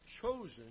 chosen